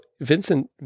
Vincent